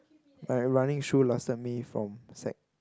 I had running shoe last time May from sec